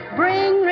bring